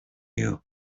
you